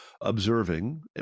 observing